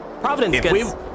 Providence